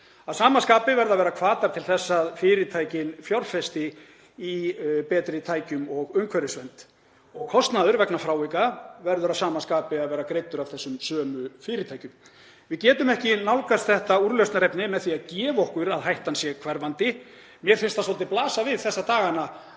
Að sama skapi verða að vera hvatar til þess að fyrirtækin fjárfesti í betri tækjum og umhverfisvernd. Kostnaður vegna frávika verður að sama skapi að vera greiddur af þessum sömu fyrirtækjum. Við getum ekki nálgast þetta úrlausnarefni með því að gefa okkur að hættan sé hverfandi. Mér finnst það svolítið blasa við þessa dagana